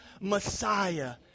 Messiah